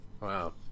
Wow